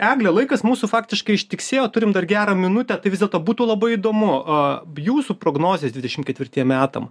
egle laikas mūsų faktiškai ištiksėjo turim gerą minutę tai vis dėlto būtų labai įdomu o bei jūsų prognozės dvidešim ketvirtiem metam